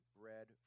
bread